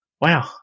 Wow